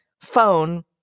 phone